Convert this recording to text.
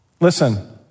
listen